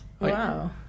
Wow